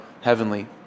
heavenly